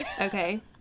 Okay